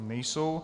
Nejsou.